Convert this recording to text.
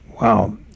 Wow